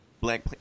Black